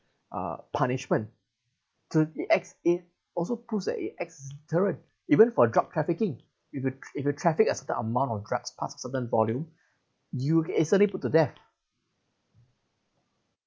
uh punishment to ex~ it also proves that it excellent deterrent even for drug trafficking if you tra~ if you traffic a certain amount of drugs pass a certain volume you get easily put to death